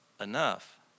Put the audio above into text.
Enough